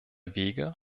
wege